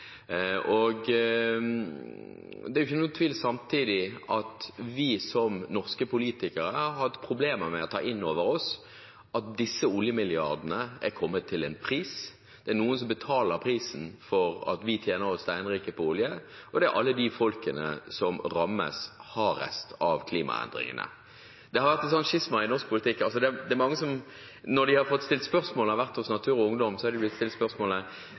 det ingen tvil om at vi, som norske politikere, har hatt problemer med å ta inn over oss at disse oljemilliardene har hatt en pris. Det er noen som betaler prisen for at vi tjener oss steinrike på olje, og det er alle de folkene som rammes hardest av klimaendringene. Det har vært et slags skisma i norsk politikk, altså, når de har vært hos Natur og Ungdom, har de blitt stilt spørsmålet: Bidrar olje og gass til klimaendringer? Er klimaendringene farlige? På begge de to spørsmålene svarer norske politikere ja, men når de får spørsmålet: